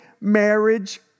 marriage